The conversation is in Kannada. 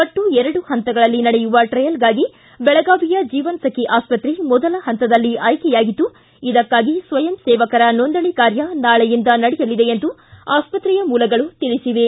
ಒಟ್ಟು ಎರಡು ಹಂತಗಳಲ್ಲಿ ನಡೆಯುವ ಟ್ರಯಲ್ಗಾಗಿ ಬೆಳಗಾವಿಯ ಜೀವನ್ ಸಖಿ ಆಸ್ಪತ್ರೆ ಮೊದಲ ಪಂತದಲ್ಲಿ ಆಯ್ಕೆ ಆಗಿದ್ದು ಇದಕ್ಕಾಗಿ ಸ್ವಯಂ ಸೇವಕರ ನೋಂದಣೆ ಕಾರ್ಯ ನಾಳೆಯಿಂದ ನಡೆಯಲಿದೆ ಎಂದು ಆಸ್ಪತ್ರೆಯ ಮೂಲಗಳು ತಿಳಿಸಿವೆ